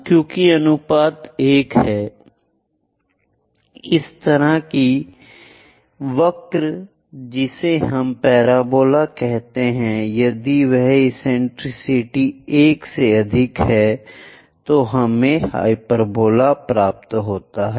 क्योंकि अनुपात 1 है इस तरह की वक्र जिसे हम पेराबोला कहते हैं यदि वह एसेंटेरिसिटी 1 से अधिक है तो हमें हाइपरबोला मिलता है